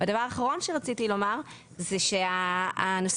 הדבר האחרון שרציתי לומר הוא לגבי ההנחה.